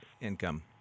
income